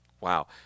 Wow